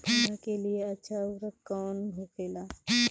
पौधा के लिए अच्छा उर्वरक कउन होखेला?